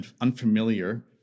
unfamiliar